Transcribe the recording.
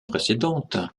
précédente